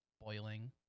boiling